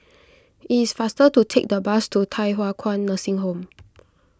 it is faster to take the bus to Thye Hua Kwan Nursing Home